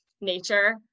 nature